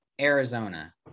Arizona